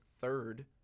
third